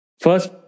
First